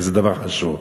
וזה דבר חשוב.